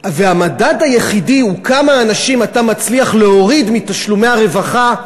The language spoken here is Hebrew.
והמדד היחידי הוא כמה אנשים אתה מצליח להוריד מתשלומי הרווחה,